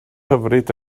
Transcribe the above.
hyfryd